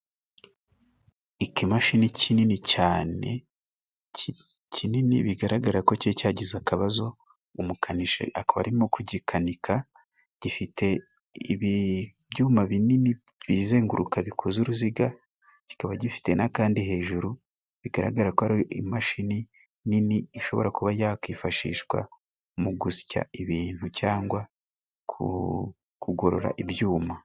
Ikimashini kinini cyane, kinini bigaragara ko cyari cyagize akabazo umukanishi akaba arimo kugikanika. Gifite ibyuma binini bizenguruka bikoze uruziga, kikaba gifite n'akandi hejuru bigaragara ko ari imashini nini, ishobora kuba yakwifashishwa mu gusya ibintu cyangwa kugorora ibyuma.